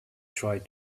tried